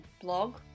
blog